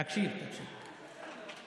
תקשיב, תקשיב.